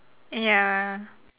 ya